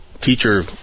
teacher